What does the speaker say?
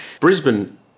Brisbane